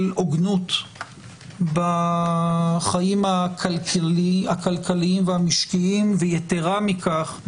הוגנות בחיים הכלכליים והמשקיים ויתרה מכך,